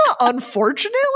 unfortunately